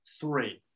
three